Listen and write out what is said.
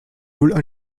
ruled